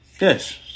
Yes